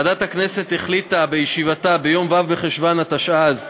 ועדת הכנסת החליטה בישיבתה ביום ו' בחשוון התשע"ז,